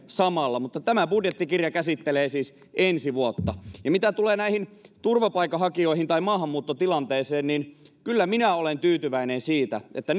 samalla tämä budjettikirja käsittelee siis ensi vuotta mitä tulee turvapaikanhakijoihin ja maahanmuuttotilanteeseen niin kyllä minä olen tyytyväinen siitä että